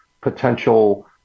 potential